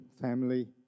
family